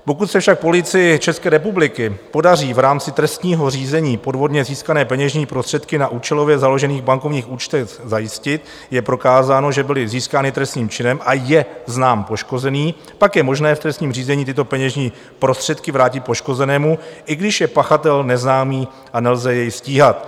Pokud se Policii České republiky podaří v rámci trestního řízení podvodně získané peněžní prostředky na účelově založených bankovních účtech zajistit, je prokázáno, že byly získány trestným činem a je znám poškozený, pak je možné v trestním řízení tyto peněžní prostředky vrátit poškozenému, i když je pachatel neznámý a nelze jej stíhat.